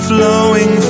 Flowing